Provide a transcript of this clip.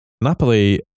Napoli